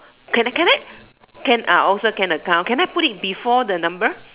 can I can I can also can account can I put before the number